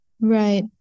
Right